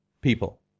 people